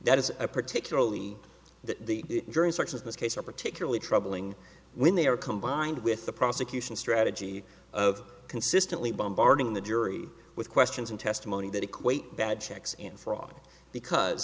that is a particularly that the jurors such as this case are particularly troubling when they are combined with the prosecution's strategy of consistently bombarding the jury with questions and testimony that equate bad checks and fraud because